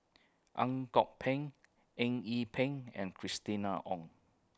Ang Kok Peng Eng Yee Peng and Christina Ong